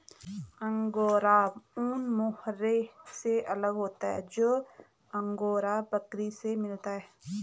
angora ऊन mohair से अलग होता है जो अंगोरा बकरी से मिलता है